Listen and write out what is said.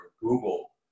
Google